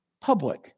public